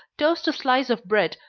toast a slice of bread,